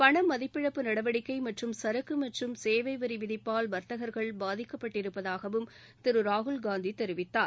பணமதிப்பிழப்பு நடவடிக்கை மற்றும் சரக்கு மற்றும் சேவை வரி விதிப்பால் வர்த்தகர்கள் பாதிக்கப்பட்டிருப்பதாகவும் திரு ராகுல்காந்தி தெரிவித்தார்